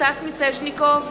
סטס מיסז'ניקוב,